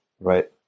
Right